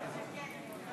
כן.